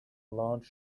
large